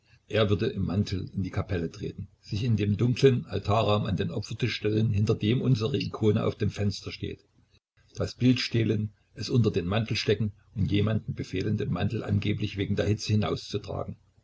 er würde im mantel in die kapelle treten sich in dem dunklen altarraum an den opfertisch stellen hinter dem unsere ikone auf dem fenster steht das bild stehlen es unter den mantel stecken und jemandem befehlen den mantel angeblich wegen der hitze hinauszutragen